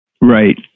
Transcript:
Right